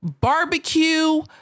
barbecue